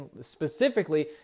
specifically